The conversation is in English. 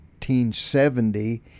1970